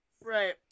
right